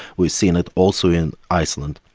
we've seen it also in iceland.